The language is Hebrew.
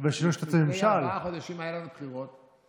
אבל לפני ארבעה חודשים היו לנו בחירות,